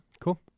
Cool